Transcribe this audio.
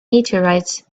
meteorites